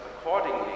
accordingly